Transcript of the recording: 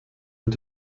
und